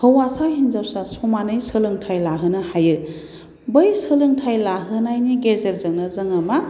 हौवासा हिनजावसा समानै सोलोंथाय लाहोनो हायो बै सोलोंथाय लाहोनायनि गेजेरजोंनो जोङो मा